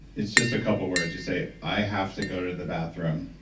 it's just a couple words. you say, i have to go to the bathroom.